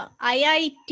IIT